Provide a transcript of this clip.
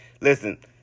Listen